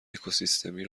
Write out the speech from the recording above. اکوسیستمی